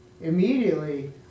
Immediately